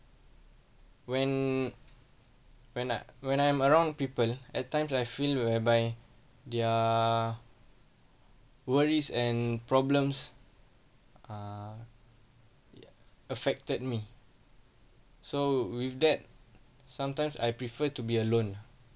when when I when I'm around people at times I feel whereby their worries and problems uh affected me so with that sometimes I prefer to be alone